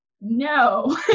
no